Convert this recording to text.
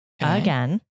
again